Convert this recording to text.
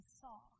saw